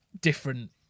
different